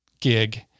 gig